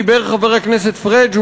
דיבר חבר הכנסת פריג',